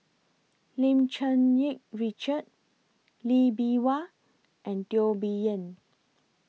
Lim Cherng Yih Richard Lee Bee Wah and Teo Bee Yen